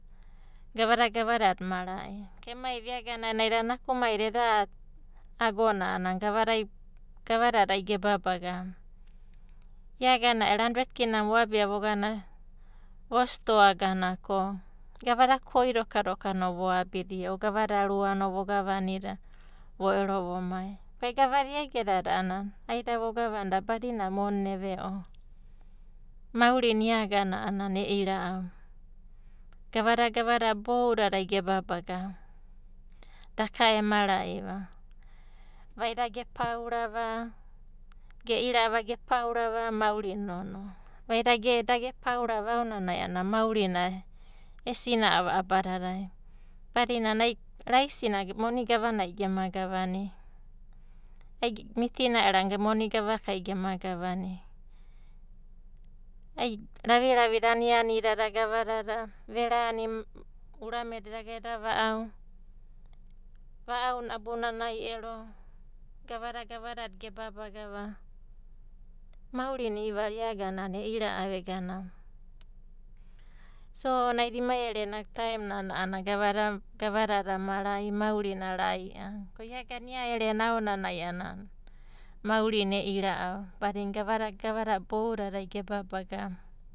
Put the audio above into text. Gavada ganadada mara'i, ko emaiva ia agana naida nakumaida eda agona a'ana gavada ai gavadada ge babagava, ia agana ero hundred kina na voabia vogana, vo stoa gana ko, gavada koi doka dokano voabidia o gavada ruana vogavanida vo ero vomai. Inoku ai gavada egedada a'ana ai vagavanida badina monina eve'o. Maurina ia agana a'ana e'ira'ava, gavada gavadada boudadai ge babagava daka e mara'i va. Vaida ge paura va, ge'ira'ava ge paurava maurina nonoa, vaida da gepaurava aonanai a'ana maurina e sina'ava abadadai badinana ai raisi na moni gavanai gema gavana, ai mitina ero a'ana moni gavaka gema gavania. Ai raviravi da aniani dada gavadada, verani urameda adaga eda va'au, va'auna abunanai ero gavada gavadada gebababga va, maurina ia agana a'ana e'ira'a eganava. Naida emai erena taem nanai a'ana gavada gavadada mara'i, maurina rai'a, ko ia agana ia erena aonanai a'ana maurina e'ira'ava badina gavada gavadada boudadai ge babagava.